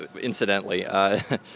incidentally